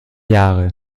jahre